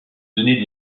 donner